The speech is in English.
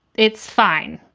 it's fine.